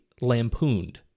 lampooned